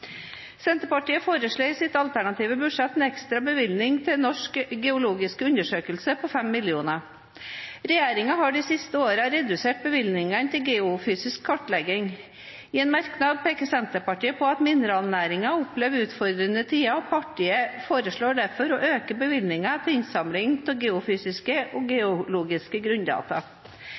Senterpartiet foreslår i sitt alternative budsjett en ekstra bevilgning til Norges geologiske undersøkelse på 5 mill. kr. Regjeringen har de siste årene redusert bevilgningene til geofysisk kartlegging. I en merknad peker Senterpartiet på at mineralnæringen opplever utfordrende tider, og partiet foreslår derfor å øke bevilgningen til innsamling av geofysiske og geologiske